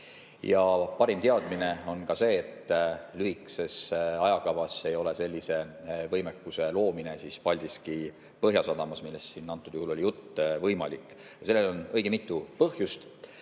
Ja parim teadmine on see, et lühikeses ajakavas ei ole sellise võimekuse loomine Paldiski Põhjasadamas, millest antud juhul jutt on, võimalik. Sellel on õige mitu põhjust.